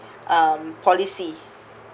um policy